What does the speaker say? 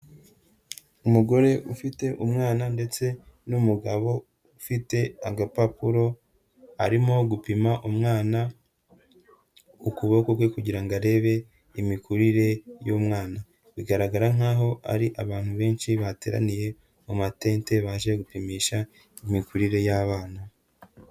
Umugore ufite umwana ndetse n'umugabo ufite agapapuro arimo gupima umwana k'ukuboko kwe kugira ngo arebe imikurire y'umwana. Bigaragara nkaho ari abantu benshi bateraniye mu matente baje gupimisha imikurire y'abana.